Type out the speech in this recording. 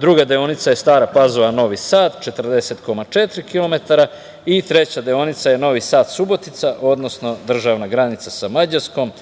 druga deonica je Stara Pazova – Novi Sad 40,4 kilometara i treća deonica je Novi Sad – Subotica, odnosno državna granica sa Mađarskom